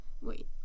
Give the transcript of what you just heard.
wait